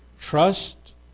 trust